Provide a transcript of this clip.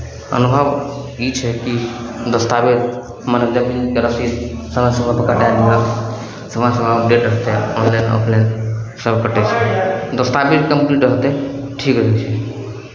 अनुभव ई छै कि दस्तावेज मने जमीनके रसीद समय समयपर कटा लिअ समय समयपर अपडेट रहतै ऑनलाइन ऑफलाइन सभ कटै छै दस्तावेज कम्प्लीट रहतै ठीक रहै छै